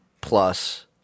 plus